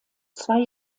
zwei